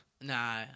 Nah